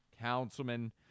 Councilman